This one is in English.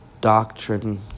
doctrine